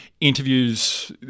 interviews